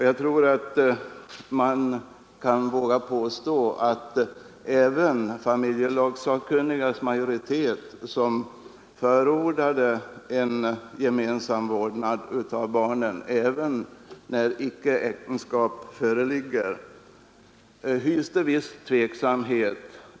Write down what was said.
Jag tror man vågar påstå att även majoriteten inom familjelagssakkunniga, som förordade en gemensam vårdnad av barnen också när äktenskap föreligger, hyste en viss tveksamhet.